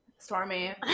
stormy